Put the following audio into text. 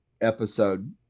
episode